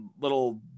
little